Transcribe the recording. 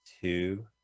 Two